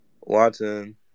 Watson